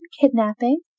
kidnapping